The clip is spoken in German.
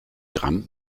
gramm